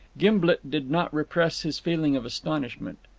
gimblet did not repress his feeling of astonishment.